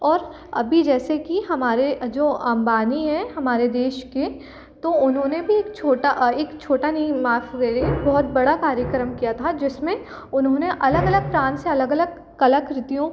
और अभी जैसे कि हमारे जो अंबानी हैं हमारे देश के तो उन्होंने भी एक छोटा एक छोटा नहीं माफ़ करिए बहुत बड़ा कार्यक्रम किया था जिस में उन्होंने अलग अलग प्रान्त से अलग अलग कलाकृतियों